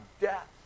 death